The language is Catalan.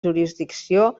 jurisdicció